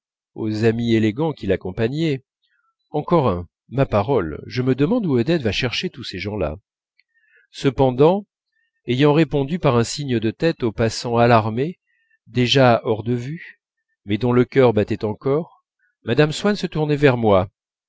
aux amis élégants qui l'accompagnaient encore un ma parole je me demande où odette va chercher tous ces gens-là cependant ayant répondu par un signe de tête au passant alarmé déjà hors de vue mais dont le cœur battait encore mme swann se tournait vers moi